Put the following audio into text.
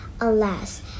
alas